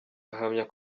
ahamya